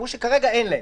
הם אמרו שכרגע אין להם,